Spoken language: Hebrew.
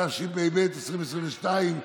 התשפ"ב 2022,